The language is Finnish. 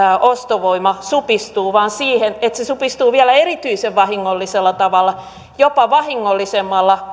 ostovoima supistuu vaan siihen että se supistuu vielä erityisen vahingollisella tavalla jopa vahingollisemmalla